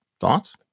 Thoughts